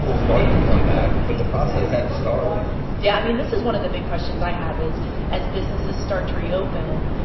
start to come back, but the process had to start yeah. i mean, this is one of the big questions i have is as businesses start to reopen,